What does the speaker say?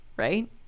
right